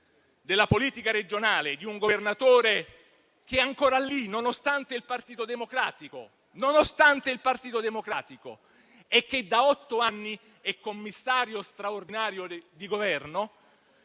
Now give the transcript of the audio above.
della politica regionale, di un governatore che è ancora lì nonostante il Partito Democratico e che da otto anni è commissario straordinario di Governo,